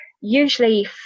usually